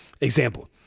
Example